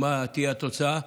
מה תהיה התוצאה,